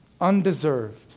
undeserved